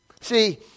See